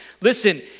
listen